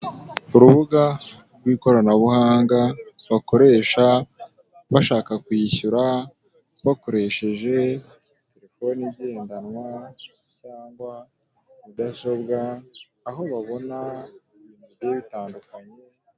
Urubuga rw'ikoranabuhanga bakoresha bashaka kwishyura, bakoresheje terefoni igendanwa cyangwa mudasobwa aho babona ibintu bigiye bitandukanye.